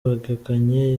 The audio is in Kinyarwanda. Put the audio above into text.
begukanye